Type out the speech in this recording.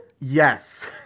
Yes